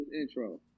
intro